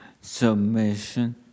submission